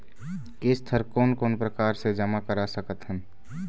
किस्त हर कोन कोन प्रकार से जमा करा सकत हन?